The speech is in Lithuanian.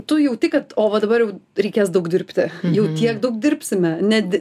tu jauti kad o va dabar jau reikės daug dirbti jau tiek daug dirbsime net